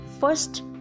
first